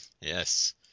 Yes